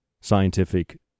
scientific